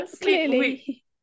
Clearly